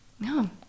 No